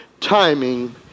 timing